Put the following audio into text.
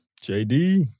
JD